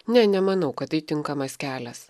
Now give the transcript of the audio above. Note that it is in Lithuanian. ne nemanau kad tai tinkamas kelias